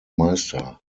meister